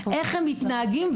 איך הם מתנהגים,